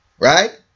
Right